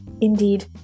Indeed